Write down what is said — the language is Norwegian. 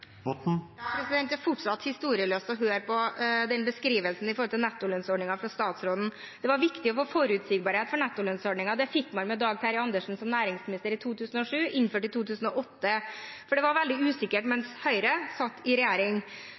Det er fortsatt historieløst når vi hører den beskrivelsen statsråden har av nettolønnsordningen. Det var viktig å få forutsigbarhet for nettolønnsordningen. Det fikk man med Dag Terje Andersen som næringsminister i 2007, innført i 2008, for det var veldig usikkert mens Høyre satt i regjering.